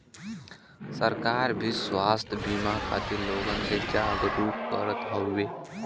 सरकार भी स्वास्थ बिमा खातिर लोगन के जागरूक करत हउवे